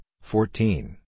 fourteen